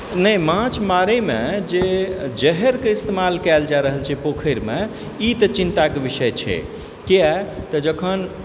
ने माछ मारयमे जे जहरके इस्तेमाल कयल जा रहल छै पोखरिमे ई तऽ चिन्ताके विषय छै किएक तऽ जखन